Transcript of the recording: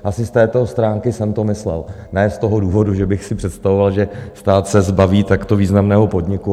Asi z této stránky jsem to myslel, ne z toho důvodu, že bych si představoval, že stát se zbaví takto významného podniku.